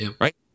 right